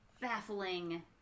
baffling